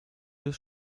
des